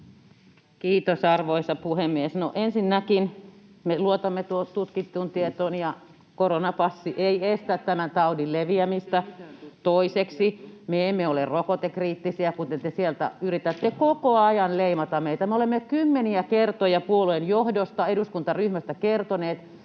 Kiitos, arvoisa puhemies! No ensinnäkin, me luotamme tutkittuun tietoon [Mari Holopainen: Mäenpää ei ainakaan!] ja koronapassi ei estä tämän taudin leviämistä. Toiseksi, me emme ole rokotekriittisiä, kuten te sieltä yritätte koko ajan leimata meitä. Me olemme kymmeniä kertoja puolueen johdosta, eduskuntaryhmästä kertoneet,